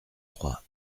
trois